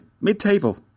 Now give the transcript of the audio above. mid-table